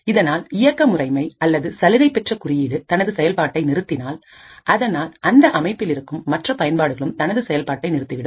இதனால் இயக்க முறைமை அல்லது சலுகை பெற்ற குறியீடு தனது செயல்பாட்டை நிறுத்தினால் அதனால் அந்த அமைப்பில் இருக்கும் மற்ற பயன்பாடுகளும் தனது செயல்பாட்டை நிறுத்திவிடும்